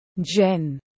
Jen